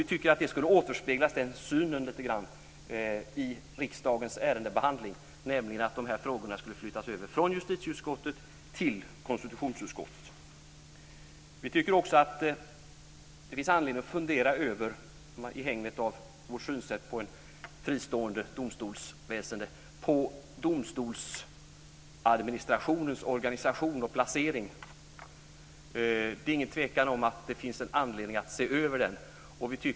Vi tycker att den synen skulle återspeglas i riksdagens ärendebehandling, nämligen att de frågorna skulle flyttas över från justitieutskottet till konstitutionsutskottet. Det finns anledning att fundera över domstolsadministrationens roll och placering, mot bakgrund av vår syn på ett fristående domstolsväsende. Det är ingen tvekan om att det finns anledning att se över den.